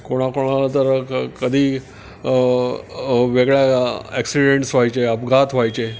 कोणाकोणाला तर क कधी वेगळ्या ॲक्सिडेंट्स व्हायचे अपघात व्हायचे